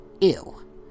ew